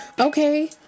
Okay